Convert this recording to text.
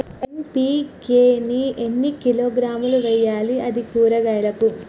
NPK ని ఎన్ని కిలోగ్రాములు వెయ్యాలి? అది కూరగాయలకు?